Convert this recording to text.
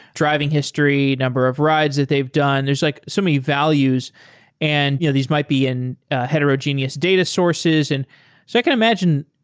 driving history, number of rides that they've done. there's like so values and you know these might be in heterogeneous data sources. and so i can imagine,